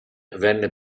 venne